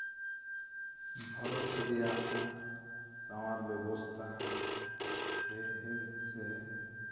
ᱵᱷᱟᱨᱚᱛ ᱨᱮᱭᱟᱜ ᱥᱟᱶᱟᱨ ᱵᱮᱵᱚᱥᱛᱷᱟ ᱥᱮ ᱦᱮᱞᱛᱷ ᱥᱮ